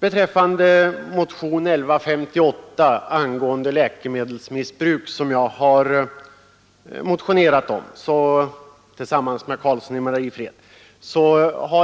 Beträffande motionen 1158 angående läkemedelsmissbruk har